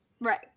Right